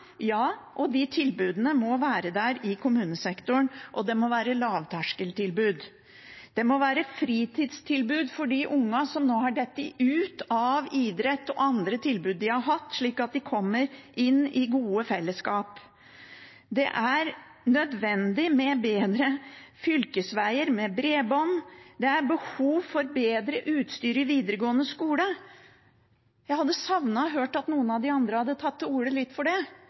og de tilbudene må være der i kommunesektoren, og det må være lavterskeltilbud. Det må være fritidstilbud for de ungene som nå har falt ut av idretten og andre tilbud de har hatt, slik at de kommer inn i gode fellesskap. Det er nødvendig med bedre fylkesveier og med bredbånd. Det er behov for bedre utstyr i videregående skole. Jeg savner å høre noen av de andre ta litt til orde for det.